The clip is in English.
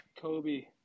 Kobe